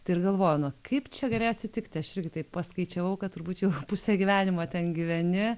tai ir galvoju nu kaip čia galėjo atsitikti aš irgi taip paskaičiavau kad turbūt jau pusę gyvenimo ten gyveni